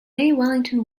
wellington